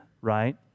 right